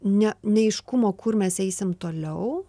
ne neaiškumo kur mes eisim toliau